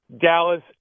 Dallas